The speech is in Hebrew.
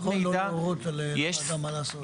נשמע לי נכון שלא להורות לוועדה מה לעשות.